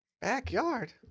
Backyard